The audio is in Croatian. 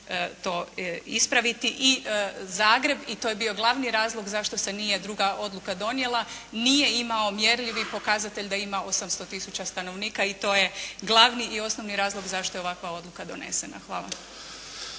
to ispraviti. I Zagreb, i to je bio glavni razlog zašto se nije druga odluka nije donijela, nije imao mjerljivi pokazatelj da ima 800 tisuća stanovnika i to je glavni i osnovni razlog zašto je ovakva odluka donesena. Hvala.